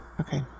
Okay